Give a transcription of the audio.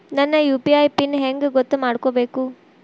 ನನ್ನ UPI PIN ಹೆಂಗ್ ಗೊತ್ತ ಮಾಡ್ಕೋಬೇಕು?